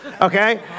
Okay